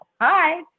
Hi